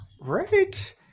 Right